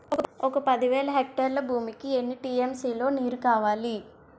ఒక పది వేల హెక్టార్ల భూమికి ఎన్ని టీ.ఎం.సీ లో నీరు కావాలి?